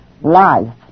life